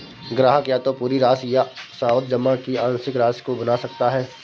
ग्राहक या तो पूरी राशि या सावधि जमा की आंशिक राशि को भुना सकता है